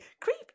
Creep